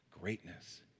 greatness